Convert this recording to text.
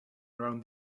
around